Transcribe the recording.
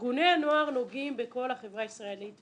ארגוני הנוער נוגעים בכל החברה הישראלית,